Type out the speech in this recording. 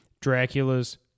Dracula's